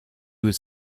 was